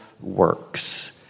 works